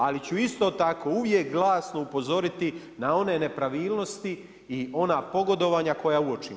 Ali ću isto tako uvijek glasno upozoriti na one nepravilnosti i ona pogodovanja koja uočim.